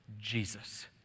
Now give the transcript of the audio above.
Jesus